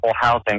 housing